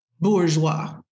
bourgeois